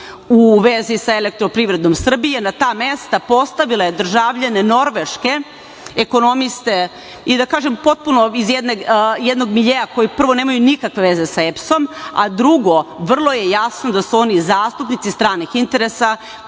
u vezi sa EPS na ta mesta postavila je državljane Norveške, ekonomiste i da kažem potpuno iz jednog miljea koji prvo nemaju nikakve veze sa EPS-om, a drugo, vrlo je jasno da su oni zastupnici stranih interesa